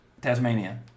Tasmania